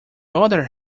other